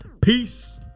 Peace